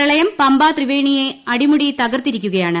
പ്രളയം പമ്പാ ത്രിവേണിയെ അടിമുടി തകർത്തിരിക്കുകയാണ്